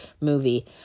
movie